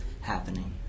happening